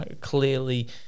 clearly